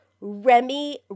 Remy